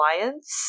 alliance